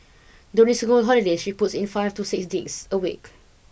during school holidays she puts in five to six digs a week